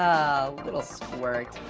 oh, little squirt.